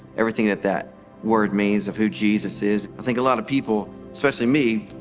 everything that, that word means of who jesus is. i think a lot of people, especially me,